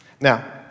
Now